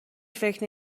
فکر